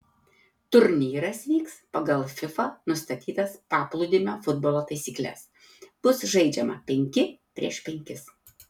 turnyras vyks pagal fifa nustatytas paplūdimio futbolo taisykles bus žaidžiama penki prieš penkis